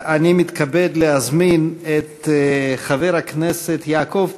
אני מתכבד להזמין את חבר הכנסת יעקב פרי,